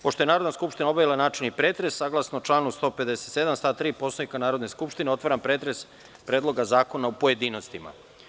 Pošto je Narodna skupština obavila načelni pretres, saglasno članu 157. stav 3. Poslovnika Narodne skupštine, otvaram pretres Predloga zakona u pojedinostima.